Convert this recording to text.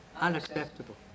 Unacceptable